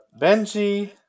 Benji